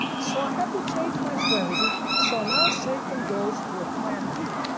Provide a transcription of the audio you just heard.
so i had to change my strategy. so now satan goes to a plan b,